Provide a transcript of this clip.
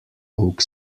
oak